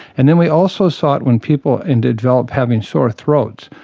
and then we also saw it when people and developed having sore throats,